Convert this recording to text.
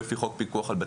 (3)